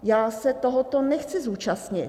Já se tohoto nechci zúčastnit.